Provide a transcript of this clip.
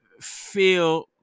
feel